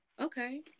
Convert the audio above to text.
Okay